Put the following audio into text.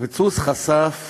הפיצוץ חשף